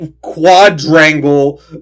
quadrangle